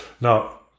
now